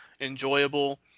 enjoyable